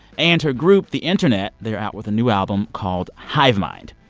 and her group the internet, they're out with a new album called hive mind.